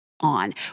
on